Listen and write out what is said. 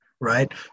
right